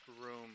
room